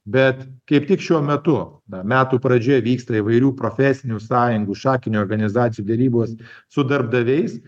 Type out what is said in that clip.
bet kaip tik šiuo metu na metų pradžioje vyksta įvairių profesinių sąjungų šakinių organizacijų derybos su darbdaviais